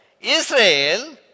Israel